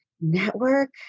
network